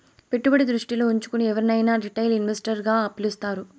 పెట్టుబడి దృష్టిలో ఉంచుకుని ఎవరినైనా రిటైల్ ఇన్వెస్టర్ గా పిలుస్తారు